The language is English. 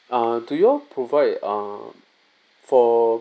uh do you all provide uh for